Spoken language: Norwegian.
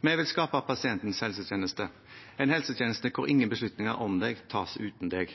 Vi vil skape pasientens helsetjeneste, en helsetjeneste der ingen beslutninger om oss tas uten oss.